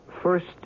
first